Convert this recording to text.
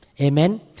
Amen